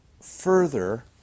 further